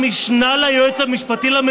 מנדלבליט שמתנגד לחוק היועצים המשפטיים.